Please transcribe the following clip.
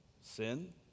sin